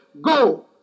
go